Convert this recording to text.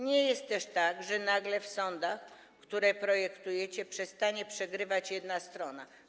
Nie jest też tak, że nagle w sądach, które projektujecie, przestanie przegrywać jedna strona.